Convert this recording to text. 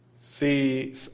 See